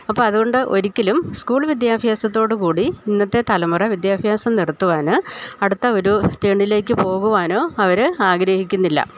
അപ്പം അതുകൊണ്ട് ഒരിക്കലും സ്കൂൾ വിദ്യാഭ്യാസത്തോട് കൂടി ഇന്നത്തെ തലമുറ വിദ്യാഭ്യാസം നിർത്തുവാന് അടുത്ത ഒരു ടേണിലേക്ക് പോകുവാനോ അവര് ആഗ്രഹിക്കുന്നില്ല